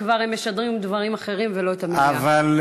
והם כבר משדרים דברים אחרים ולא את המליאה.